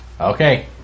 Okay